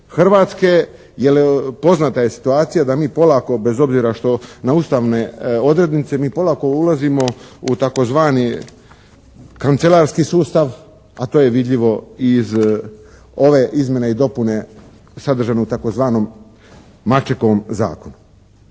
Hrvatske. Jer poznata je situacija da mi polako bez obzira što na ustavne odrednice mi polako ulazimo u tzv. kancelarski sustav, a to je vidljivo iz ove izmjene i dopune sadržane u tzv. Mačekovom zakonu.